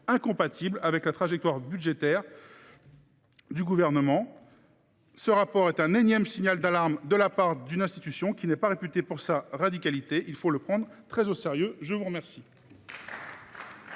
incompatible avec la trajectoire budgétaire qu’envisage le Gouvernement. Ce rapport constitue un énième signal d’alarme de la part d’une institution qui n’est pas réputée pour sa radicalité : il faut le prendre très au sérieux ! La parole